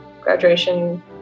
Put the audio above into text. graduation